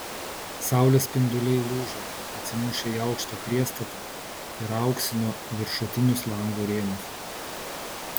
saulės spinduliai lūžo atsimušę į aukštą priestatą ir auksino viršutinius langų rėmus